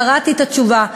קראתי את התשובה,